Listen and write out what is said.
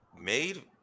made